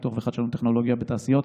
פיתוח וחדשנות טכנולוגית בתעשייה,